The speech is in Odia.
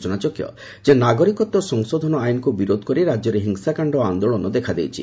ସୂଚନା ଯୋଗ୍ୟ ଯେ ନାଗରିକତ୍ୱ ସଂଶୋଧନ ଆଇନ୍କୁ ବିରୋଧ କରି ରାଜ୍ୟରେ ହିଂସାକାଣ୍ଡ ଓ ଆନ୍ଦୋଳନ ଦେଖାଦେଇଛି